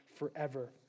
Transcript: forever